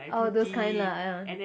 oh those kind lah ya